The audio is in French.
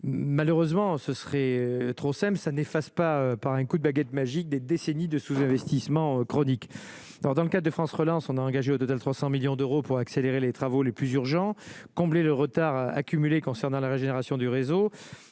malheureusement, ce serait trop sème ça n'efface pas par un coup de baguette magique des décennies de sous-investissement chronique alors dans le cas de France relance on a engagé au total 300 millions d'euros pour accélérer les travaux les plus urgents, combler le retard accumulé concernant la régénération du réseau